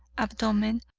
abdomen,